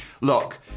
look